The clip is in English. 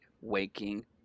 waking